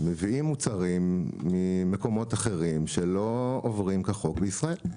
מביאים מוצרים ממקומות אחרים שלא עוברים כחוק בישראל.